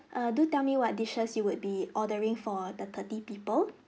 err do tell me what dishes you would be ordering for the thirty people